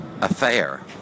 affair